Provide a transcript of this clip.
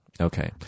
Okay